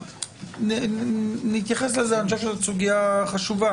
אני חושב שזאת סוגיה חשובה,